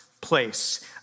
place